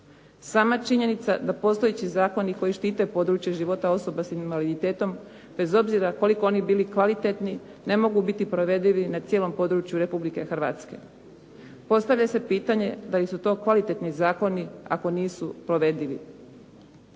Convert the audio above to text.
Sama činjenica da postojeći zakoni koji štite područje života osoba sa invaliditetom, bez obzira koliko oni bili kvalitetni ne mogu biti provedivi na cijelom području Republike Hrvatske, postavlja se pitanje da li su to kvalitetni zakoni ako nisu provedivi.